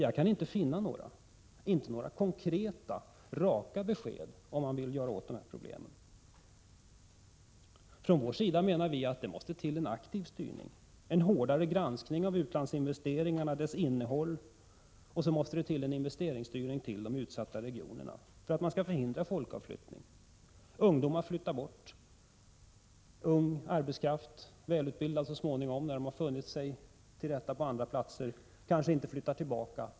Jag kan inte finna några, åtminstone inte några konkreta och raka besked om vad man vill göra åt dessa problem. Från vår sida menar vi att en aktiv styrning måste till — en hårdare granskning av utlandsinvesteringarnas innehåll och en investeringsstyrning till de utsatta regionerna för att förhindra folkutflyttning. Ungdomar flyttar, ung arbetskraft, så småningom välutbildad när den har funnit sig till rätta på andra platser, kanske inte flyttar tillbaka.